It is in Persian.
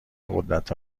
قدرت